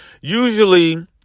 Usually